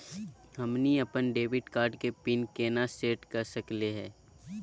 हमनी अपन debit card के पीन केना सेट कर सकली हे?